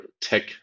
tech